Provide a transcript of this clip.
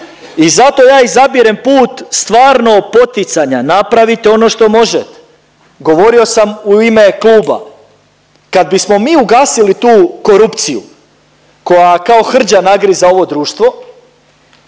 i zato ja izabirem put stvarno poticanja, napravite ono što možete. Govorio sam u ime kluba, kad bismo mi ugasili tu korupciju koja kao hrđa nagriza ovo društvo,